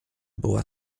była